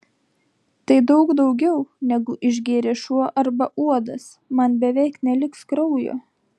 tai daug daugiau negu išgėrė šuo arba uodas man beveik neliks kraujo